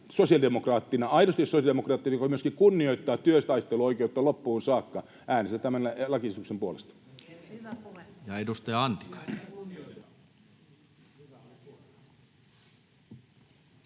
aidosti sosiaalidemokraattina, joka myöskin kunnioittaa työtaisteluoikeutta loppuun saakka, äänestän tämän lakiesityksen puolesta.